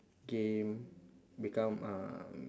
game become um